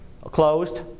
Closed